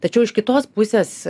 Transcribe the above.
tačiau iš kitos pusės